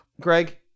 Greg